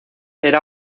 era